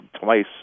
twice